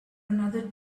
another